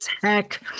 tech